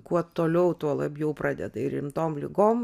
kuo toliau tuo labiau pradeda ir rimtom ligom